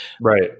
Right